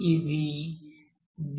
ఇది ddt